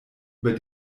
über